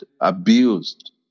abused